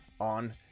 on